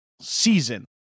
season